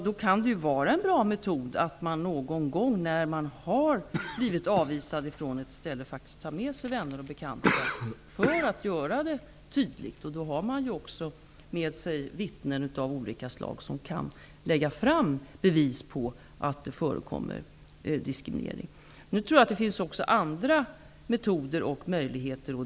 Det kan vara en bra metod när man någon gång har blivit avvisad från ett ställe att faktiskt ta med sig vänner och bekanta. Då har man med sig vittnen som kan lägga fram bevis på att det förekommer diskriminering. Jag tror att det finns även andra metoder och möjligheter.